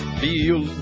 feel